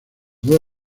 dos